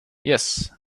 yes